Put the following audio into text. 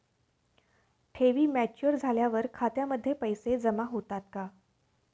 ठेवी मॅच्युअर झाल्यावर खात्यामध्ये पैसे जमा होतात का?